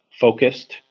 focused